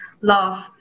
love